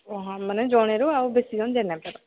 ଓ ହଁ ମାନେ ଜଣେରୁ ଆଉ ବେଶୀ ଜଣ ଯାଇ ପାରିବେ ନାହିଁ